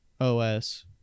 OS